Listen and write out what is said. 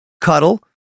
cuddle